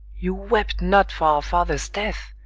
you wept not for our father's death!